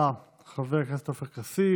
תודה רבה, חבר הכנסת עופר כסיף.